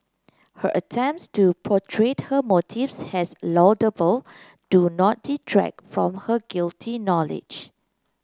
her attempts to portray her motives as laudable do not detract from her guilty knowledge